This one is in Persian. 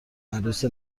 عروس